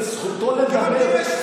זכותו לדבר.